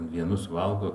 vienus valgo